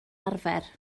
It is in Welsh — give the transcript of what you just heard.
arfer